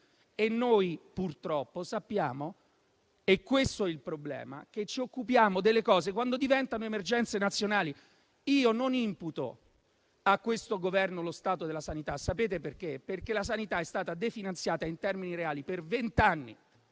e noi purtroppo sappiamo - questo è il problema - che ci occupiamo delle cose quando diventano emergenze nazionali. Io non imputo a questo Governo lo stato della sanità e sapete perché? Perché la sanità è stata definanziata in termini reali per vent'anni.